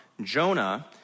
Jonah